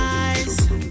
eyes